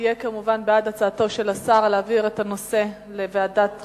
זה כמובן בעד הצעתו של השר להעביר את הנושא לוועדת החוקה,